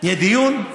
יהיה דיון,